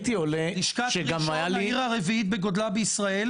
לשכת ראשון העיר הרביעית בגודלה בישראל,